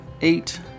Eight